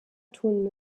tun